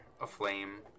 aflame